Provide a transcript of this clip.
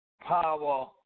Power